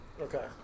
Okay